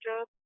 job